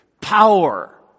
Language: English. power